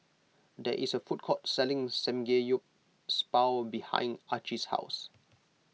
there is a food court selling Samgeyopsal behind Archie's house